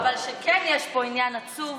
אבל כן יש פה עניין עצוב,